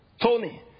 Tony